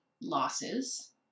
losses